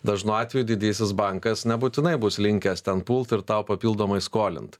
dažnu atveju didysis bankas nebūtinai bus linkęs ten pult ir tau papildomai skolint